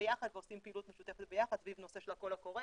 ביחד ועושים פעילות משותפת ביחד סביב הנושא של הקול הקורא.